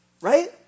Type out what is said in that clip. right